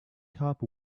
top